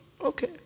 Okay